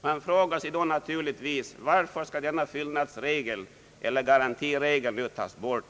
Man frågar sig då naturligtvis varför denna fyllnadsregel eller garantiregel nu skall tas bort.